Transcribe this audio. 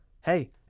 hey